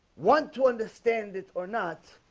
want to understand it or not,